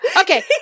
Okay